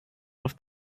off